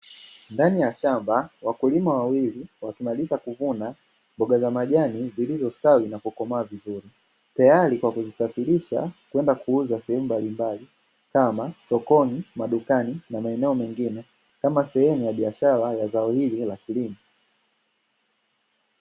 Ndani ya shamba wakulima wawili wakimaliza kuvuna mboga za majani zilizostawi na kukomaa vizuri, tayari kwa kuzisafirisha kwenda kuuza sehemu mbalimbali kama: sokoni, madukani na maeneo mengine; kama sehemu ya biashara ya zao hili la kilimo.